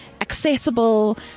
accessible